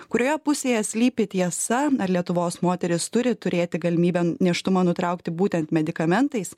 kurioje pusėje slypi tiesa ar lietuvos moterys turi turėti galimybę nėštumą nutraukti būtent medikamentais